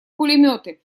пулеметы